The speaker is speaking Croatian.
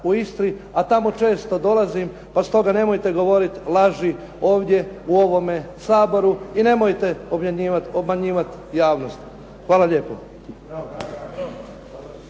u Istri, a tamo često dolazim, pa stoga nemojte govoriti laži ovdje u ovome Saboru i nemojte obmanjivati javnost. Hvala lijepo.